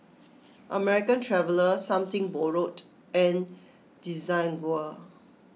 American Traveller Something Borrowed and Desigual